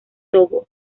togo